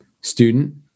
student